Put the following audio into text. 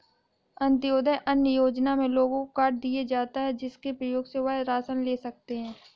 अंत्योदय अन्न योजना में लोगों को कार्ड दिए जाता है, जिसके प्रयोग से वह राशन ले सकते है